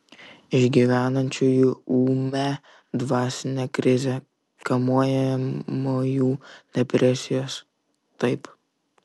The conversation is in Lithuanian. išgyvenančiųjų ūmią dvasinę krizę kamuojamųjų depresijos taip